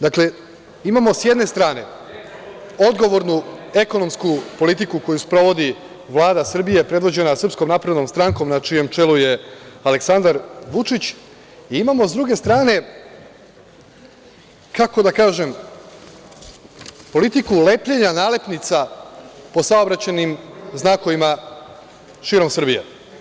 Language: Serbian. Dakle, imamo sa jedne strane odgovornu ekonomsku politiku koju sprovodi Vlada Srbije predvođena SNS na čijem čelu je Aleksandar Vučić i imamo sa druge strane, kako da kažem, politiku lepljenja nalepnica po saobraćajnim znakovima širom Srbije.